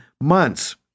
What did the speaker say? months